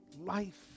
life